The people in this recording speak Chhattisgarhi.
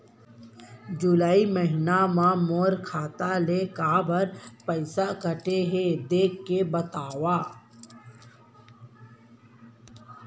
जुलाई महीना मा मोर खाता ले काबर पइसा कटे हे, देख के बतावव?